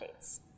updates